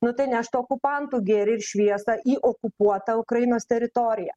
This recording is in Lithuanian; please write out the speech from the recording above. nu tai neštų okupantų gėrį ir šviesą į okupuotą ukrainos teritoriją